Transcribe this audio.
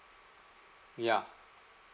ya